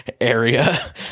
area